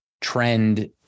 trend